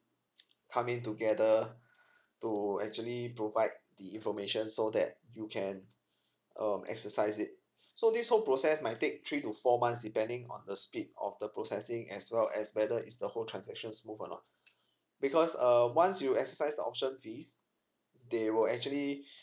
come in together to actually provide the information so that you can um exercise it so this whole process might take three to four months depending on the speed of the processing as well as whether is the whole transaction smooth or not because uh once you exercise the option fees they will actually